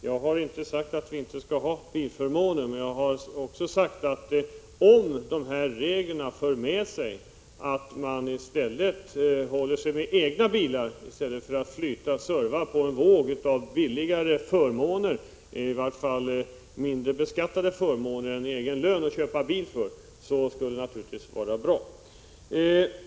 Jag har inte sagt att vi inte skall ha bilförmåner, men jag har sagt att om dessa regler för med sig att människor håller sig med egna bilar i stället för att flyta på en våg av billigare förmåner, åtminstone mindre beskattade förmåner än egen lön att köpa bil för, skulle det naturligtvis vara bra.